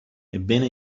ebbene